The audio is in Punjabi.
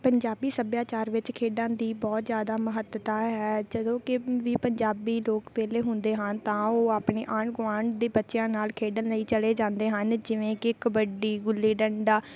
ਪੰਜਾਬੀ ਸੱਭਿਆਚਾਰ ਵਿੱਚ ਖੇਡਾਂ ਦੀ ਬਹੁਤ ਜ਼ਿਆਦਾ ਮਹੱਤਤਾ ਹੈ ਜਦੋਂ ਕਿ ਵੀ ਪੰਜਾਬੀ ਲੋਕ ਵਿਹਲੇ ਹੁੰਦੇ ਹਨ ਤਾਂ ਉਹ ਆਪਣੇ ਆਂਢ ਗੁਆਂਢ ਦੇ ਬੱਚਿਆਂ ਨਾਲ ਖੇਡਣ ਲਈ ਚਲੇ ਜਾਂਦੇ ਹਨ ਜਿਵੇਂ ਕਿ ਕਬੱਡੀ ਗੁੱਲੀ ਡੰਡਾ